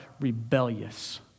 rebellious